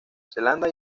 zelanda